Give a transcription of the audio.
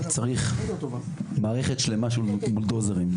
צריך לטובת מערכת שלמה של בולדוזרים.